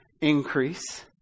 increase